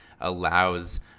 allows